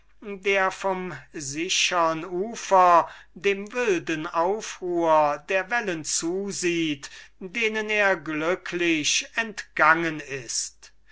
der vom sichern ufer dem wilden aufruhr der wellen zusieht dem er glücklich entgangen ist